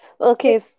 okay